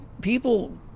people